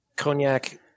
Cognac